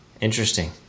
Interesting